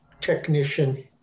technician